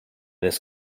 this